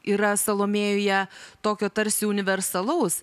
yra salomėjoje tokio tarsi universalaus